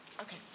Okay